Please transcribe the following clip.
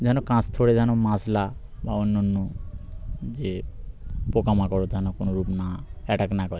যেন কাঁচথোড়ে যেন মাজরা বা অন্য অন্য যে পোকামাকড় যেন কোনো রূপ না অ্যাট্যাক না করে